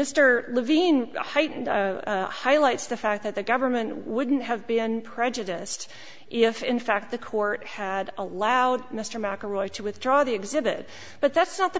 mr levine heightened highlights the fact that the government wouldn't have been prejudiced if in fact the court had allowed mr mcelroy to withdraw the exhibit but that's not the